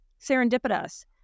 serendipitous